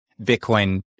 Bitcoin